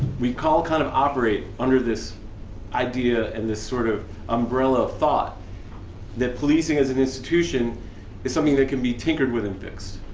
we all kind of operate under this idea and this sort of umbrella of thought that policing as an institution is something that can be tinkered with and fixed,